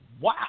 wow